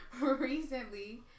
Recently